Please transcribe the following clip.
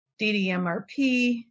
DDMRP